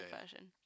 version